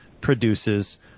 produces